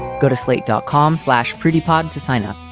go to slate dot com slash pretty pod to sign up.